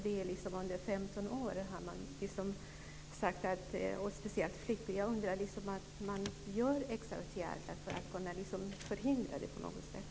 Det gäller dem som är under 15 år, och speciellt flickor. Jag undrar om man kan vidta extra åtgärder för att kunna förhindra detta på något sätt.